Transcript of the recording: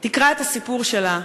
תקרא את הסיפור שלה,